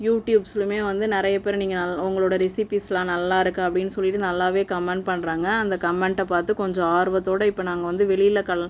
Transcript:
யூடியூப்ஸ்லுமே வந்து நிறைய பேர் நீங்கள் நல் உங்களோடய ரெசிப்பீஸ்லாம் நல்லாயிருக்கு அப்படின்னு சொல்லிவிட்டு நல்லாவே கமண்ட் பண்ணுறாங்க அந்த கமண்ட்டைப் பார்த்து கொஞ்சம் ஆர்வத்தோடு இப்போ நாங்கள் வந்து வெளியில் கல்